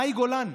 מאי גולן,